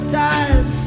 time